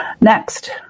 Next